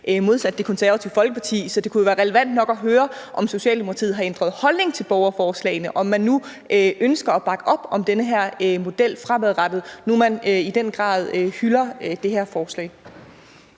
modsat Det Konservative Folkeparti. Så det kunne jo være relevant nok at høre, om Socialdemokratiet har ændret holdning til borgerforslagene, og om man ønsker at bakke op om den her model fremover, når nu man i den grad hylder det her forslag.